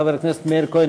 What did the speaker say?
חבר הכנסת מאיר כהן,